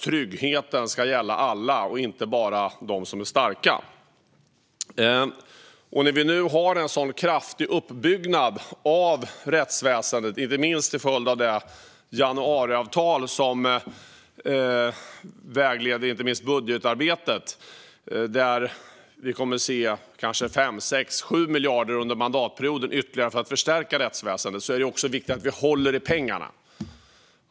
Tryggheten ska gälla alla och inte bara de som är starka. Vi har nu en kraftig uppbyggnad av rättsväsendet, inte minst till följd av det januariavtal som vägleder budgetarbetet, där vi kommer att se kanske 5, 6 eller 7 miljarder ytterligare under mandatperioden för att förstärka rättsväsendet. Då är det viktigt att vi håller i pengarna.